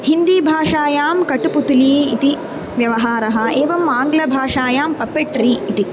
हिन्दीभाषायां कटुपुतली इति व्यवहारः एवम् आङ्ग्लभाषायां पपेट्री इति